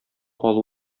алу